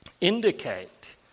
indicate